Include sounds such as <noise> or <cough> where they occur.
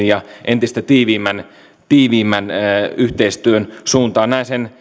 <unintelligible> ja entistä tiiviimmän tiiviimmän yhteistyön suuntaan